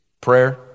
prayer